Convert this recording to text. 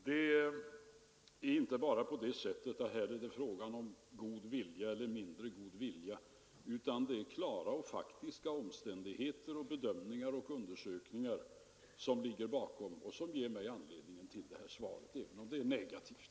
Det är här inte bara fråga om god vilja eller mindre god vilja, utan det är klara och faktiska omständigheter, bedömningar och undersökningar som ligger bakom och som ger mig anledning till det här svaret, även om det är negativt.